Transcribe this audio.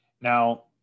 Now